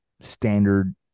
standard